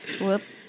Whoops